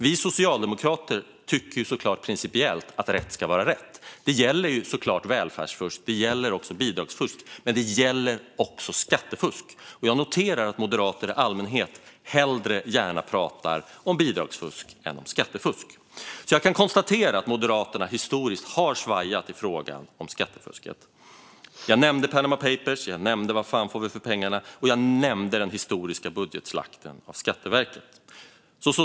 Vi socialdemokrater tycker såklart principiellt att rätt ska vara rätt. Detta gäller såklart välfärdsfusk och bidragsfusk men också skattefusk. Jag noterar att moderater i allmänhet hellre pratar om bidragsfusk än om skattefusk. Jag konstaterar alltså att Moderaterna historiskt har svajat i frågan om skattefusk. Jag nämnde Panama Papers, jag nämnde "Vad fan får vi för pengarna?" och jag nämnde den historiska budgetslakten av Skatteverket.